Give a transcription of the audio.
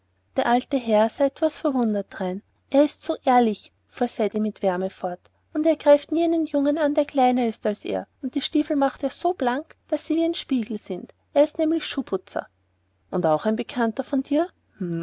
der alte herr sah etwas verwundert drein er ist so ehrlich fuhr ceddie mit wärme fort und er greift nie einen jungen an der kleiner ist als er und die stiefel macht er so blank daß sie wie ein spiegel sind er ist nämlich schuhputzer und auch ein bekannter von dir